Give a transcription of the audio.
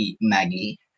Maggie